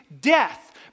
death